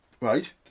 Right